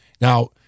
Now